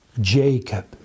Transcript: Jacob